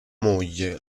moglie